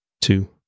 two